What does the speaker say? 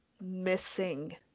missing